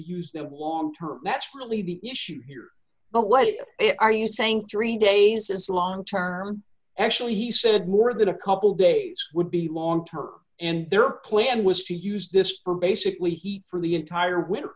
use the long term that's really the issue here but what are you saying three days is a long term actually he said more than a couple days would be long term and their plan was to use this for basically heat for the entire winter